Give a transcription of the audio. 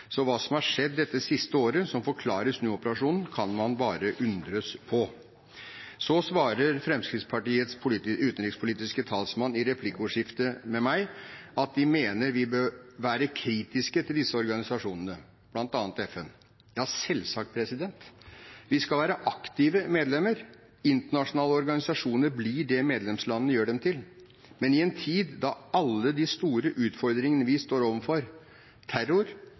Så hva som har skjedd dette siste året som forklarer snuoperasjonen, kan man bare undres på. Så svarer Fremskrittspartiets utenrikspolitiske talsmann i replikkordskiftet med meg at de mener vi bør være kritiske til disse organisasjonene, bl.a. til FN. Ja, selvsagt! Vi skal være aktive medlemmer. Internasjonale organisasjoner blir det medlemslandene gjør dem til. Men alle de store utfordringene vi står overfor – terror,